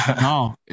No